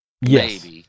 Yes